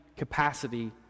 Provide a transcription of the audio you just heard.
capacity